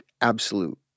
absolute